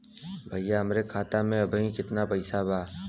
भईया हमरे खाता में अबहीं केतना पैसा बा?